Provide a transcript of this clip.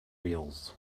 wheels